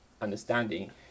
Understanding